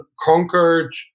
conquered